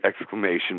exclamation